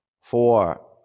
four